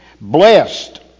Blessed